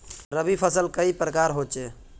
रवि फसल कई प्रकार होचे?